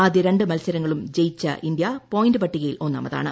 ആദ്യ രണ്ട് മൽസരങ്ങളും ജയിച്ചി ഇന്ത്യ പോയിന്റ് പട്ടികയിൽ ഒന്നാമതാണ്